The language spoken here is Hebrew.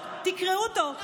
תראו את החוק,